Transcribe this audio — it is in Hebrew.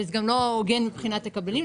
וזה גם לא הוגן מבחינת הקבלים,